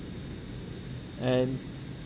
and